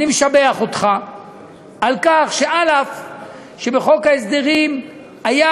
אני משבח אותך על כך שאף שבחוק ההסדרים היה